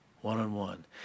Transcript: one-on-one